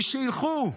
ושילכו,